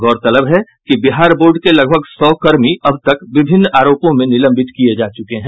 गौरतलब है कि बिहार बोर्ड के लगभग सौ कर्मी अब तक विभिन्न आरोपों में निलंबित किये जा चुके हैं